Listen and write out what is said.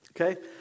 Okay